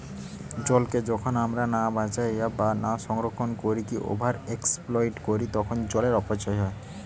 জলকে যখন আমরা না বাঁচাইয়া বা না সংরক্ষণ কোরিয়া ওভার এক্সপ্লইট করি তখন জলের অপচয় হয়